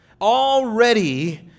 already